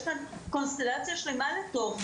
יש כאן בתוך זה קונסטלציה שלמה.